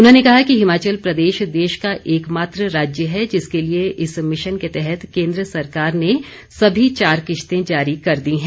उन्होंने कहा कि हिमाचल प्रदेश देश का एकमात्र राज्य है जिसके लिए इस मिशन के तहत केन्द्र सरकार ने सभी चार किश्तें जारी कर दी हैं